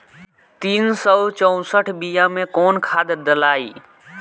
तीन सउ चउसठ बिया मे कौन खाद दलाई?